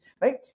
right